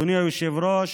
אדוני היושב-ראש,